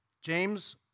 James